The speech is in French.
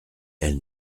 elle